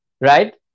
Right